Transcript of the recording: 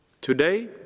Today